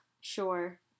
Sure